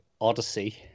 Odyssey